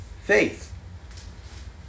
faith